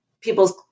people's